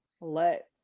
let